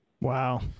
Wow